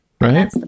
Right